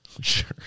Sure